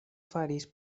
faris